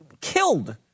killed